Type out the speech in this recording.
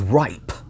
ripe